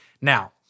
Now